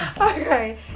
Okay